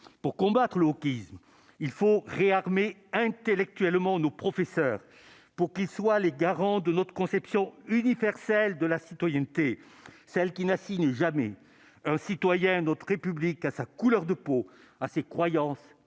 pour combattre le wokisme il faut réarmer intellectuellement nos professeurs pour qu'ils soient les garants de notre conception universelle de la citoyenneté, celle qui n'a assignent jamais un citoyen d'notre République à sa couleur de peau à ses croyances et à ses